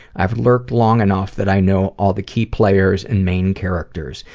i've lurked long enough that i know all the key players and main characters.